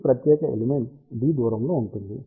ఈ ప్రత్యేక element d దూరంలో ఉంటుంది